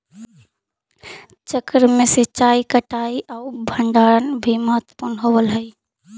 चक्र में सिंचाई, कटाई आउ भण्डारण भी महत्त्वपूर्ण होवऽ हइ